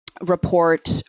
report